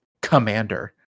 Commander